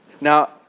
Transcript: Now